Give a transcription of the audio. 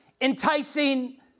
enticing